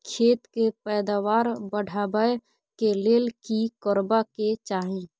खेत के पैदावार बढाबै के लेल की करबा के चाही?